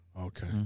Okay